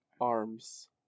arms